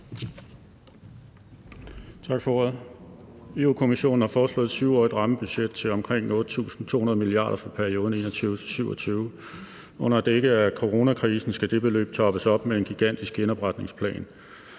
Tak for ordet. Europa-Kommissionen har foreslået et 7-årigt rammebudget til omkring 8.200 mia. for perioden 2021-2027. Under dække af coronakrisen skal det beløb toppes op med en gigantisk genopretningsplan.